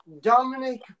Dominic